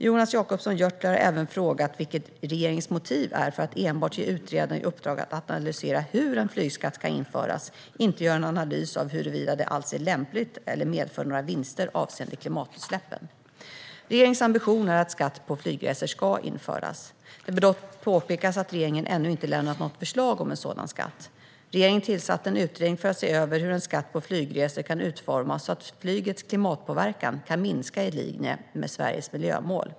Jonas Jacobsson Gjörtler har även frågat vilket regeringens motiv är för att enbart ge utredaren i uppdrag att analysera hur en flygskatt kan införas och inte göra en analys av huruvida det alls är lämpligt eller medför några vinster avseende klimatutsläppen. Regeringens ambition är att en skatt på flygresor ska införas. Det bör dock påpekas att regeringen ännu inte har lämnat något förslag om en sådan skatt. Regeringen tillsatte en utredning för att se över hur en skatt på flygresor kan utformas så att flygets klimatpåverkan kan minska i linje med Sveriges miljömål.